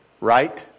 Right